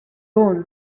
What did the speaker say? own